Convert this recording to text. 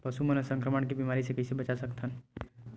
पशु मन ला संक्रमण के बीमारी से कइसे बचा सकथन?